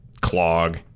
clog